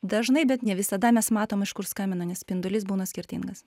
dažnai bet ne visada mes matom iš kur skambina nes spindulys būna skirtingas